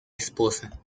esposa